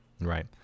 Right